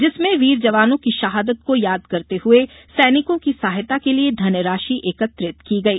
जिसमें वीर जवानों की शहदात को याद करते हुए सैनिकों की सहायता के लिये धनराशि एकत्रित की गई